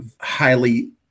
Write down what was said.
highly